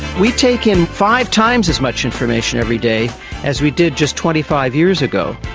we take in five times as much information every day as we did just twenty five years ago,